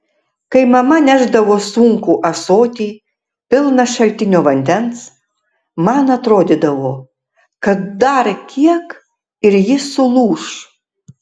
kai mama nešdavo sunkų ąsotį pilną šaltinio vandens man atrodydavo kad dar kiek ir ji sulūš